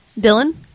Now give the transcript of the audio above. Dylan